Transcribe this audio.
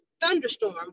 thunderstorm